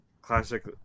classic